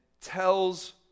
tells